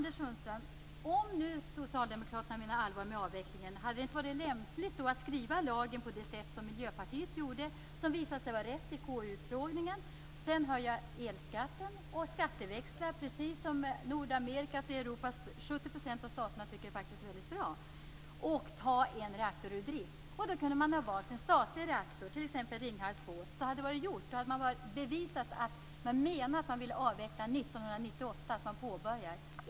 Fru talman! Om socialdemokraterna menar allvar med avvecklingen, Anders Sundström, hade det då inte varit lämpligt att skriva lagen på det sätt som Miljöpartiet gjorde och som visade sig vara rätt i KU utfrågningen? Sedan kunde man ha höjt elskatten och skatteväxlat, precis som 70 % av Nordamerikas och Europas stater tycker är bra. Och sedan kunde man ha tagit en reaktor ur drift. Man kunde ha valt en statlig reaktor, t.ex. Ringhals 2. Då hade det varit gjort, och då hade man bevisat att man menar att man vill avveckla 1998, att man vill påbörja detta.